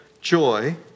joy